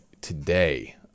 today